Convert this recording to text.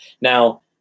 Now